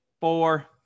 four